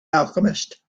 alchemist